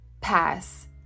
pass